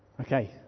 Okay